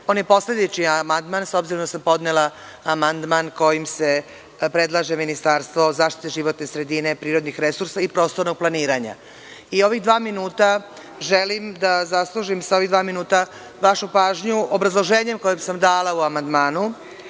On je posledični amandman, s obzirom da sam podnela amandman kojim se predlaže ministarstvo za zaštitu životne sredine, prirodnih resursa i prostornog planiranja. Ovih dva minuta želim da zaslužim vašu pažnju obrazloženjem koje sam dala u amandmanu,